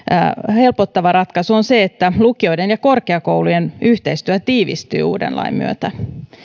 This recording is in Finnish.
helpottava ratkaisu on se että lukioiden ja korkeakoulujen yhteistyö tiivistyy uuden lain myötä